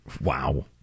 Wow